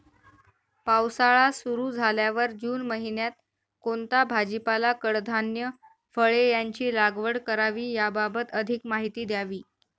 पावसाळा सुरु झाल्यावर जून महिन्यात कोणता भाजीपाला, कडधान्य, फळे यांची लागवड करावी याबाबत अधिक माहिती द्यावी?